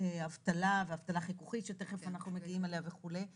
אבטלה ואבטלה חיכוכית שתכף אנחנו מגיעים אליה וכו'.